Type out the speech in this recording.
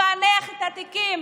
לפענח את התיקים